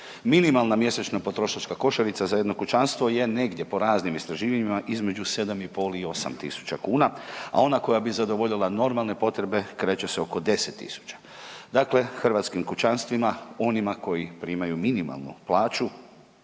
Minimalna mjesečna potrošačka košarica za jedno kućanstvo je negdje po raznim istraživanjima između 7,5 i 8 tisuća kuna, a ona koja bi zadovoljila normalne potrebe kreće se oko 10 tisuća. Dakle, hrvatskim kućanstvima onima koji primaju minimalnu plaću